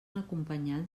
acompanyant